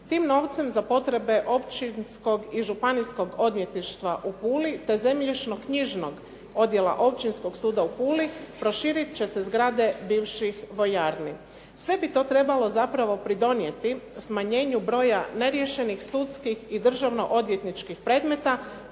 Tim novcem za potrebe Općinskog i Županijskog odvjetništva u Puli, te Zemljišno-knjižnog odjela Općinskog suda u Puli proširit će se zgrade bivših vojarni. Sve bi to trebalo zapravo pridonijeti smanjenju broja neriješenih sudskih i državno-odvjetničkih predmeta,